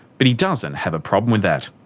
but he doesn't have a problem with that.